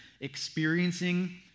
experiencing